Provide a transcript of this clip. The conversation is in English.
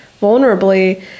vulnerably